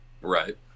Right